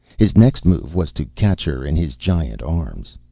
his next move was to catch her in his giant arms.